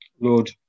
Lord